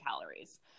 calories